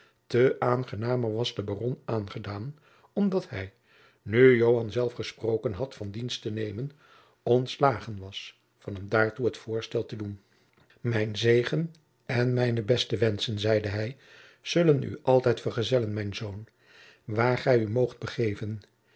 te aangenamer was de baron aangedaan omdat hij nu joan zelf gesproken had van dienst te nemen ontslagen was van hem daartoe het voorstel te doen mijn zegen en mijne beste wenschen zeide hij zullen u altijd vergezellen mijn zoon waar gij u moogt begeven